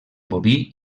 boví